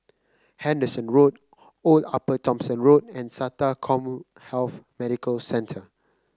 Henderson Road Old Upper Thomson Road and SATA CommHealth Medical Centre